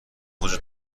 وجود